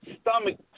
stomach